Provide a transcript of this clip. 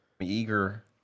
eager